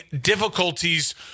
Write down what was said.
difficulties